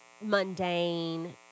mundane